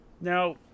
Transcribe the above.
Now